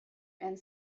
and